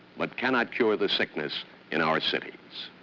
but cannot cure the sickness in our cities?